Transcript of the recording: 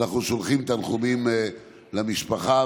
אנחנו שולחים תנחומים למשפחה,